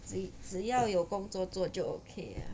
只只要有工作做就 okay ah